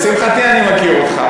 לשמחתי אני מכיר אותך,